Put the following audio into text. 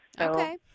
Okay